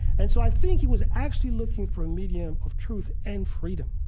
and so i think he was actually looking for a medium of truth and freedom.